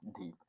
deep